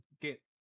get